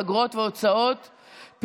אגרות והוצאות (תיקון,